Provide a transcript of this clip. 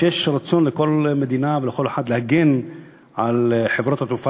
שיש רצון לכל מדינה ולכל אחד להגן על חברות התעופה